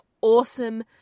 awesome